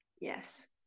Yes